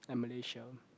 and Malaysia